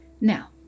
Now